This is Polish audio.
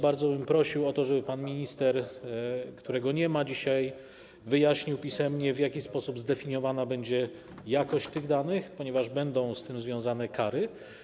Bardzo bym prosił o to, żeby pan minister, którego dzisiaj nie ma, wyjaśnił pisemnie, w jaki sposób zdefiniowana będzie jakość tych danych, ponieważ będą z tym związane kary.